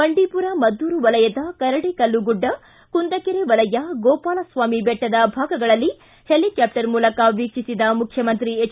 ಬಂಡೀಪುರ ಮದ್ದೂರು ವಲಯದ ಕರಡಿಕಲ್ಲು ಗುಡ್ಡ ಕುಂದಕೆರೆ ವಲಯ ಗೋಪಾಲಸ್ವಾಮಿ ಬೆಟ್ಟದ ಭಾಗಗಳಲ್ಲಿ ಹೆಲಿಕ್ಕಾಪ್ಟರ್ ಮೂಲಕ ವೀಕ್ಷಿಸಿದ ಮುಖ್ಣಮಂತ್ರಿ ಹೆಚ್